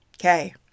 Okay